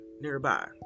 nearby